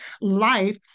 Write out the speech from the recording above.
life